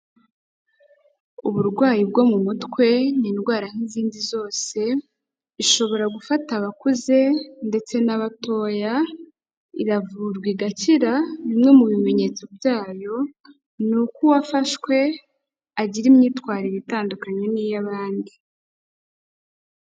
Uburwayi bwo mu mutwe ni indwara nk'izindi zose, ishobora gufata abakuze ndetse n'abatoya, iravurwa igakira bimwe mu bimenyetso byayo ni uko uwafashwe agira imyitwarire itandukanye n'iy'abandi.